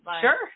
Sure